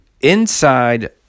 inside